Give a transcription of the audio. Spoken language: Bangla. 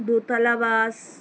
দোতলা বাস